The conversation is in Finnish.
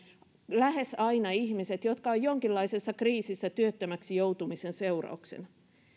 lähes aina ihmiset jotka ovat jonkinlaisessa kriisissä työttömäksi joutumisen seurauksena